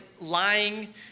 lying